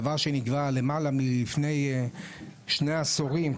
דבר שנגרע לפני למעלה משני עשורים,